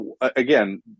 again